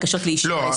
לא,